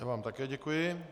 Já vám také děkuji.